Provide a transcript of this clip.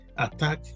Attack